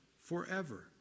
forever